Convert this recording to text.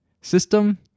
system